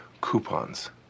coupons